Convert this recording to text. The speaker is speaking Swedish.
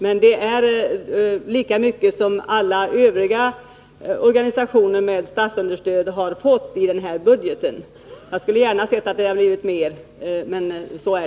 Men det är lika mycket som alla övriga organisationer med statsunderstöd har fått i den här budgeten. Jag skulle gärna ha sett att det hade blivit mer.